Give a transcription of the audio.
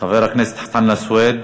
חבר הכנסת חנא סוייד,